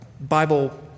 Bible